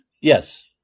Yes